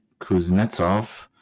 Kuznetsov